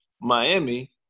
Miami